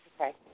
Okay